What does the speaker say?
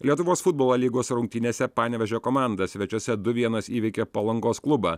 lietuvos futbolo a lygos rungtynėse panevėžio komanda svečiuose du vienas įveikė palangos klubą